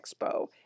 Expo